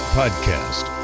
podcast